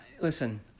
Listen